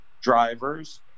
drivers